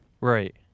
Right